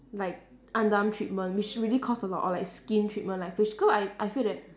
like underarm treatment which really cost a lot or like skin treatment like face cause I I feel that